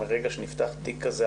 מרגע שנפתח תיק כזה,